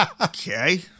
Okay